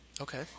Okay